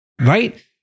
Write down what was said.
right